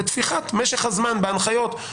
לתפיחת משך הזמן בהנחיות,